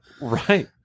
Right